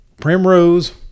Primrose